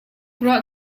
ruah